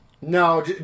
No